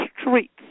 streets